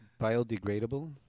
biodegradable